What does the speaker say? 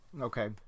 Okay